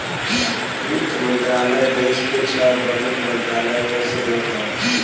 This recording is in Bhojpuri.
वित्त मंत्रालय देस के छह प्रमुख मंत्रालय में से एक हौ